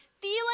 feeling